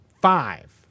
five